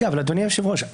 אדוני היושב-ראש,